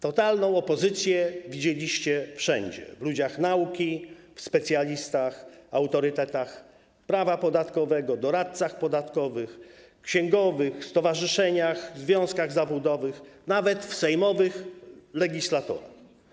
Totalną opozycję widzieliście wszędzie, w ludziach nauki, w specjalistach, autorytetach prawa podatkowego, doradcach podatkowych, księgowych, stowarzyszeniach, związkach zawodowych, nawet w sejmowych legislatorach.